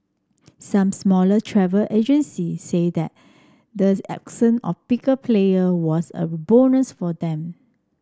some smaller travel agency say that the absence of the bigger player was a bonus for them